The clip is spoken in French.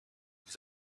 vous